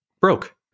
broke